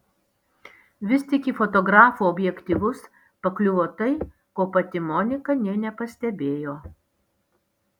vis tik į fotografų objektyvus pakliuvo tai ko pati monika nė nepastebėjo